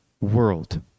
world